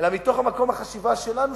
אלא מתוך מקום החשיבה שלנו,